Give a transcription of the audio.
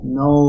no